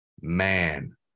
Man